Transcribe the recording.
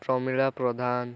Pramila Pradhan